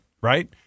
right